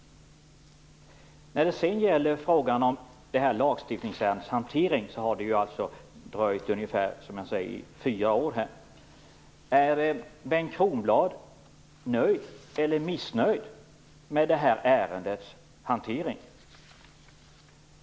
När det sedan gäller frågan om det här lagstiftningsärendets hantering har det alltså dröjt ungefär fyra år. Är Bengt Kronblad nöjd eller missnöjd med ärendets hantering?